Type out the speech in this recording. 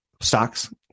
stocks